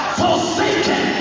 forsaken